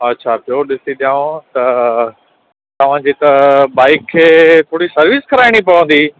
हा छा थियो ॾिसी ॾियांव त तव्हां जेका बाइक खे थोरी सर्विस कराइणी पवंदी